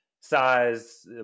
size